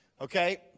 okay